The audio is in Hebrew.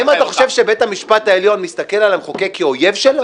האם אתה חושב שבית המשפט העליון מסתכל על המחוקק כאויב שלו?